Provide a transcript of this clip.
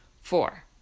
Four